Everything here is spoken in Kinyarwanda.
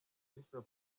bishop